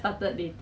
okay okay